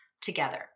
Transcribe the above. together